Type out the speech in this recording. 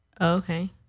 Okay